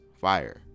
Fire